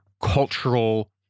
cultural